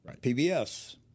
PBS